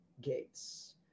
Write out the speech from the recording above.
gates